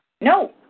No